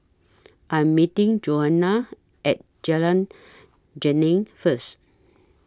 I'm meeting Johanna At Jalan Geneng First